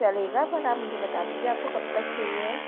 चलेगा बट आप मुझे बता दीजिए आपको कब तक चाहिए